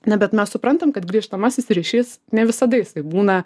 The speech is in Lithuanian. na bet mes suprantam kad grįžtamasis ryšys ne visada jis būna